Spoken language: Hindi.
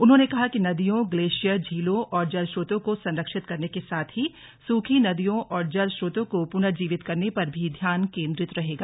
उन्होंने कहा कि नदियों ग्लेशियर झीलों और जल स्त्रोतों को संरक्षित करने के साथ ही सूखी नदियों और जल स्त्रोतों को पुनर्जीवित करने पर भी ध्यान केंद्रित रहेगा